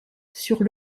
sur